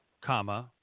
comma